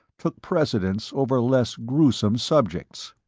took precedence over less gruesome subjects.